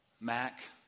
Mac